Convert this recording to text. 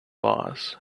boss